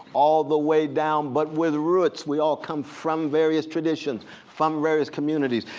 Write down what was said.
all the way down, but with roots. we all come from various traditions, from various communities.